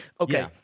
okay